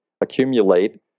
accumulate